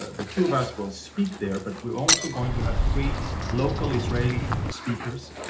the two of us will speak there, but we're also going to have three local israeli speakers.